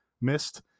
missed